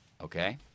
okay